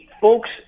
folks